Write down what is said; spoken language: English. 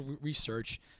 research